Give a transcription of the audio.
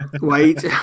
Wait